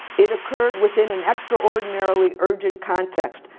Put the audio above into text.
it occurred within an extraordinarily urgent context,